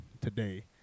today